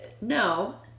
no